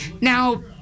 Now